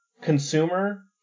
consumer